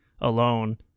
alone